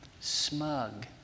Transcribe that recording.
smug